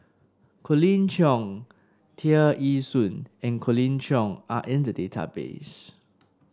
Colin Cheong Tear Ee Soon and Colin Cheong are in the database